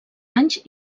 anys